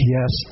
Yes